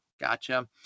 gotcha